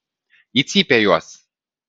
į cypę juos